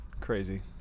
Crazy